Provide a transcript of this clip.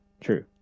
True